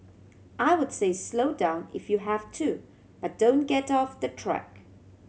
I would say slow down if you have to but don't get off the track